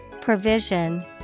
Provision